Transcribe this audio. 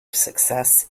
success